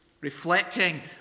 reflecting